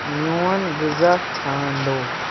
میون غذا ژھانڈو